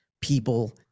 people